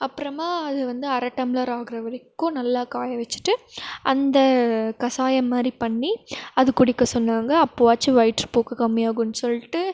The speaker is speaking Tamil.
அப்புறமாக அது வந்து அரை டம்ளர் ஆகிற வரைக்கும் நல்லா காய வச்சுட்டு அந்த கசாயம் மாதிரி பண்ணி அது குடிக்க சொன்னாங்க அப்போவாச்சும் வயிற்றுப்போக்கு கம்மியாகும் சொல்லிட்டு